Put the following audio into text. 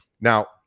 Now